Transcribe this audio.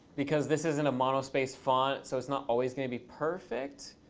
because this isn't a monospace font. so it's not always going to be perfect.